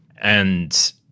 And-